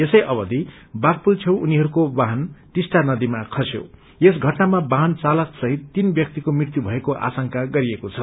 यसै अवथि बाघपूल छेउ उनीहर्सके वाहन टिस्टा नदीमा खस्तियें यस घटनाामा वाहन चालकसहित तीन व्याक्तिको मृत्यु भएको आशंका गरिएको छ